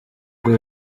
rwo